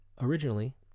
Originally